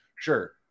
sure